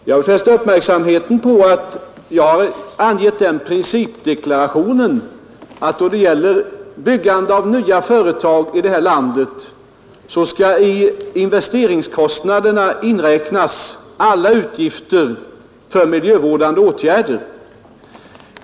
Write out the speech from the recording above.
Jag vill fästa uppmärksamheten på den principdeklaration jag vid tidigare tillfälle har avgivit om att vid startandet av nya företag i det här landet skall i investeringskostnaderna inräknas alla utgifter för miljövårdande åtgärder.